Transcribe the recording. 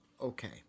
okay